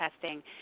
testing